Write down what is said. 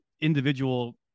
individual